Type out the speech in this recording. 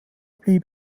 blieb